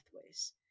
pathways